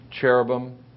cherubim